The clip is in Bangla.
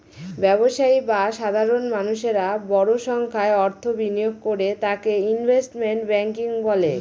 ব্যবসায়ী বা সাধারণ মানুষেরা বড় সংখ্যায় অর্থ বিনিয়োগ করে তাকে ইনভেস্টমেন্ট ব্যাঙ্কিং বলে